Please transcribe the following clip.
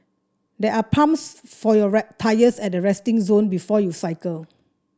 there are pumps for your tyres at the resting zone before you cycle